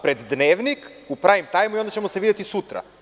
Pred dnevnik, u prajm tajmu i onda ćemo se videti sutra.